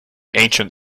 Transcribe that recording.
ancient